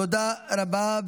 תודה רבה.